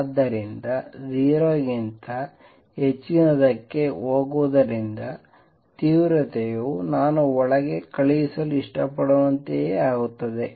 ಆದ್ದರಿಂದ 0 ಕ್ಕಿಂತ ಹೆಚ್ಚಿನದಕ್ಕೆ ಹೋಗುವುದರಿಂದ ತೀವ್ರತೆಯು ನಾನು ಒಳಗೆ ಕಳುಹಿಸಲು ಇಷ್ಟಪಡುವಂತೆಯೇ ಆಗುತ್ತದೆ